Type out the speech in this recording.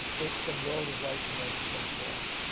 it's a world away from where she once was.